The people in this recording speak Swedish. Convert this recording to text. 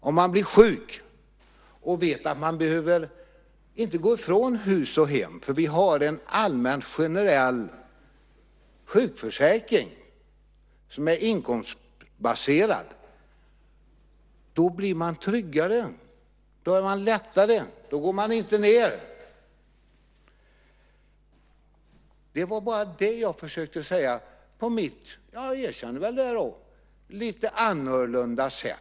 Om man blir sjuk och vet att man inte behöver gå ifrån hus och hem, eftersom vi har en allmän generell sjukförsäkring som är inkomstbaserad, blir man tryggare. Då går det lättare, och det går inte nedåt. Det var bara det jag försökte att säga på mitt, jag erkänner det, lite annorlunda sätt.